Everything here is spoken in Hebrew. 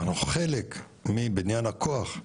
אנחנו חלק מבניין הכוח,